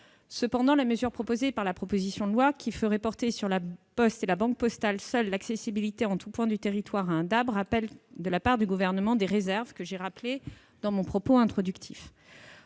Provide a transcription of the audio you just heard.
Cependant, la mesure inscrite dans la proposition de loi, qui ferait reposer sur La Poste et La Banque postale seules la responsabilité de l'accessibilité en tout point du territoire à un DAB, appelle de la part du Gouvernement des réserves, que j'ai rappelées dans mon propos introductif.